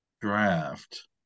draft